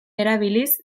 erabiliz